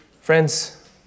Friends